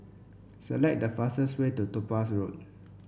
select the fastest way to Topaz Road